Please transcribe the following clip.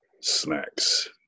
Snacks